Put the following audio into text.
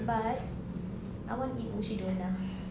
but I want to eat mukshidonna